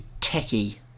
techy